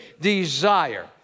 desire